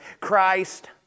Christ